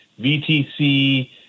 VTC